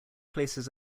places